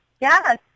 Yes